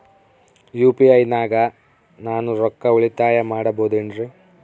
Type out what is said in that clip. UPI ನಾಗ ನಾನು ರೊಕ್ಕ ಉಳಿತಾಯ ಮಾಡಬಹುದೇನ್ರಿ?